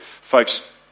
Folks